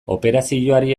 operazioari